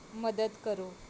ਮਦਦ ਕਰੋ